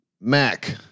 Mac